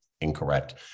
incorrect